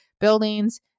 buildings